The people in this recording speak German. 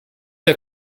der